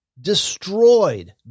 destroyed